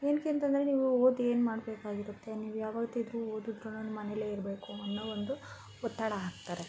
ಏನಕ್ಕೆ ಅಂತಂದರೆ ನೀವು ಓದಿ ಏನು ಮಾಡಬೇಕಾಗಿರುತ್ತೆ ನೀವು ಯಾವತ್ತಿದ್ರೂ ಓದುದ್ರು ಮನೇಲೇ ಇರಬೇಕು ಅನ್ನೋ ಒಂದು ಒತ್ತಡ ಹಾಕ್ತಾರೆ